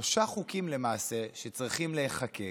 שלושה חוקים שצריכים להיחקק,